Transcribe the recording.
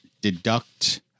deduct